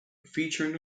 featuring